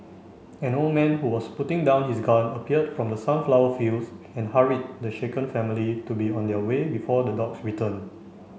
an old man who was putting down his gun appeared from the sunflower fields and hurried the shaken family to be on their way before the dogs return